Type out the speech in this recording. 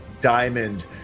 diamond